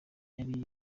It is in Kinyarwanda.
yari